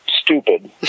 stupid